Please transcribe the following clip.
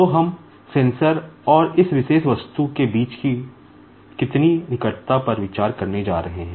तो हम सेंसर और इस विशेष वस्तु के बीच कितनी निकटता पर विचार करने जा रहे हैं